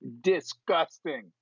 disgusting